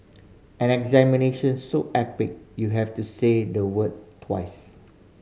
an examination so epic you have to say the word twice